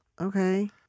Okay